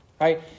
right